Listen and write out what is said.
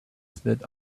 that